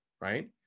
Right